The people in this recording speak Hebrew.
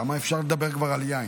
כמה כבר אפשר לדבר על יין?